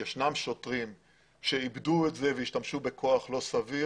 יש שוטרים שאיבדו את זה והשתמשו בכוח לא סביר,